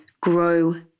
grow